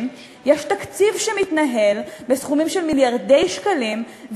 יש תקציב שמתנהל בסכומים של מיליארדי שקלים,